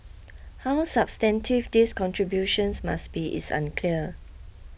how substantive these contributions must be is unclear